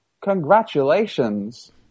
Congratulations